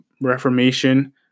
Reformation